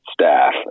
staff